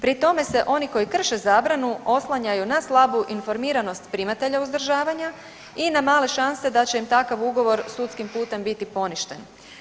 Pri tome se oni koji krše zabranu oslanjaju na slabu informiranost primatelja uzdržavanja i na male šanse da će im takav ugovor sudskim putem biti poništen.